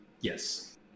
yes